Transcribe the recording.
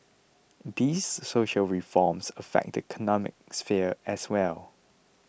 these social reforms affect the economic sphere as well